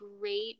great